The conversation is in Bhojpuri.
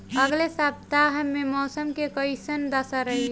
अलगे सपतआह में मौसम के कइसन दशा रही?